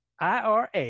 IRA